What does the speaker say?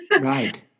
Right